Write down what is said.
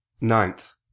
ninth